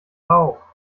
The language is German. rauch